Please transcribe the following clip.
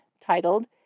titled